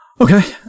okay